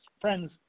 friends